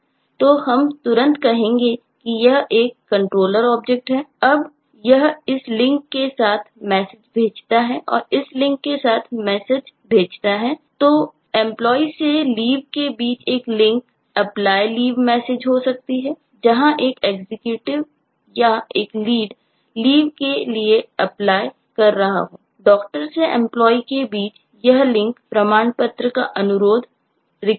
तो हम तुरंत कहेंगे कि यह एक कंट्रोलर ऑब्जेक्ट हो सकती है